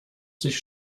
sich